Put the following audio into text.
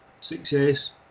success